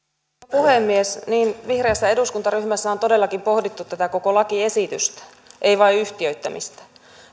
puhemies niin vihreässä eduskuntaryhmässä on todellakin pohdittu tätä koko lakiesitystä ei vain yhtiöittämistä